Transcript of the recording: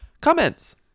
comments